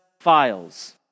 files